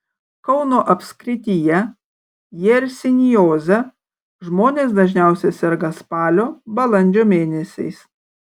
kauno apskrityje jersinioze žmonės dažniausiai serga spalio balandžio mėnesiais